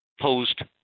posed